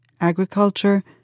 agriculture